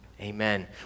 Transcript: Amen